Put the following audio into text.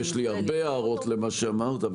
יש לי הרבה הערות למה שאמרת,